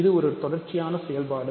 இது ஒரு தொடர்ச்சியான செயல்பாடு